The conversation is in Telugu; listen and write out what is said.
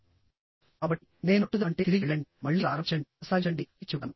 కాబట్టి నేను పట్టుదల అంటే తిరిగి వెళ్ళండిమళ్ళీ ప్రారంభించండికొనసాగించండి అని చెబుతాను